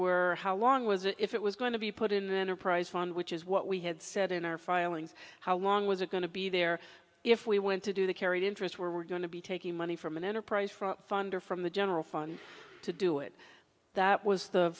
were how long was it if it was going to be put in an enterprise fund which is what we had said in our filings how long was it going to be there if we went to do the carried interest where we're going to be taking money from an enterprise for fund or from the general fund to do it that was the